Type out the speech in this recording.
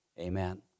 amen